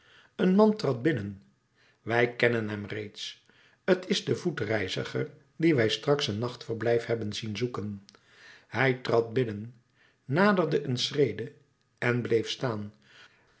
een man trad binnen wij kennen hem reeds t is de voetreiziger dien wij straks een nachtverblijf hebben zien zoeken hij trad binnen naderde een schrede en bleef staan